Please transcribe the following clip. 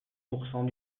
pourcent